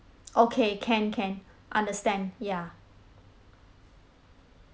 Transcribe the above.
okay can can understand ya